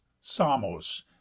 samos